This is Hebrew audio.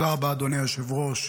תודה רבה, אדוני היושב-ראש.